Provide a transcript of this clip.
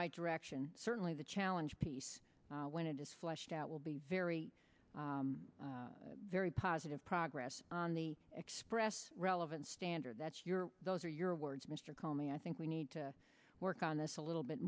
right direction certainly the challenge piece when it is fleshed out will be very very positive progress on the express relevant standard that you're those are your words mr call me i think we need to work on this a little bit